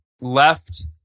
left